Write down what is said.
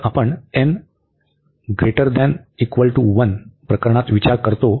तर आपण n≥1 प्रकरणात विचार करतो